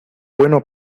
bueno